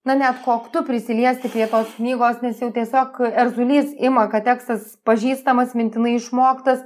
na net koktu prisiliesti prie tos knygos nes jau tiesiog erzulys ima kad tekstas pažįstamas mintinai išmoktas